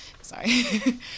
sorry